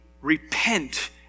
repent